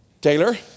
Taylor